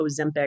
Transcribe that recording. Ozempic